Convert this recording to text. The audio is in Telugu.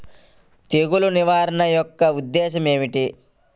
తెగులు నిర్వహణ యొక్క ఉద్దేశం ఏమిటి?